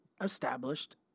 established